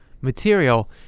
material